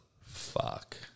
Fuck